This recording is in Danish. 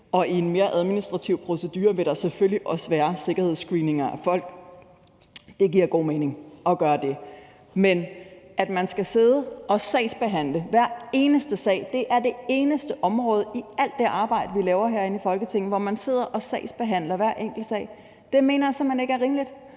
og i en mere administrativ procedure vil der selvfølgelig også være sikkerhedsscreeninger af folk. Det giver god mening at gøre det. Men at man skal sidde og sagsbehandle hver eneste sag, mener jeg ikke er rimeligt. Det er det eneste område i alt det arbejde, vi laver herinde i Folketinget, hvor man sidder og sagsbehandler hver enkelt sag. Det mener jeg simpelt hen ikke er rimeligt